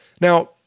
Now